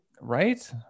right